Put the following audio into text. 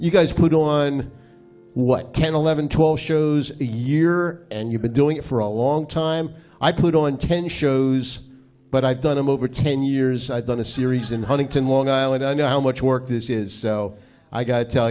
you guys put on what ten eleven twelve shows a year and you've been doing it for a long time i put on ten shows but i've done him over ten years i've done a series in huntington long island i know how much work this is i gotta tell